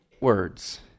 words